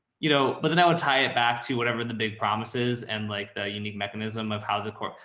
you know, but then i would tie it back to whatever the big promises and like the unique mechanism of how the core,